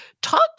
Talk